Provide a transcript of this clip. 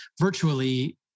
virtually